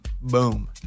Boom